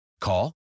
Call